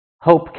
hope